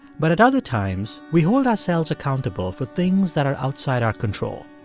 but at other times, we hold ourselves accountable for things that are outside our control.